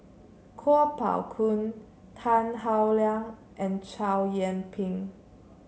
Kuo Pao Kun Tan Howe Liang and Chow Yian Ping